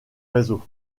réseau